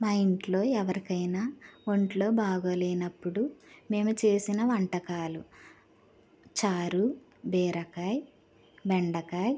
మా ఇంట్లో ఎవరికైన ఒంట్లో బాగోలేనప్పుడు మేము చేసిన వంటకాలు చారు బీరకాయ బెండకాయ